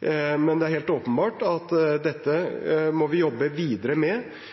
men det er helt åpenbart at dette må vi jobbe videre med,